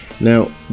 Now